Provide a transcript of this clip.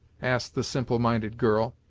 asked the simple minded girl.